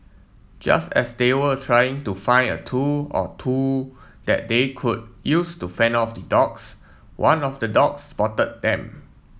just as they were trying to find a tool or two that they could use to fend off the dogs one of the dogs spotted them